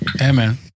Amen